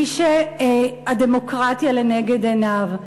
מי שהדמוקרטיה לנגד עיניו,